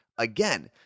Again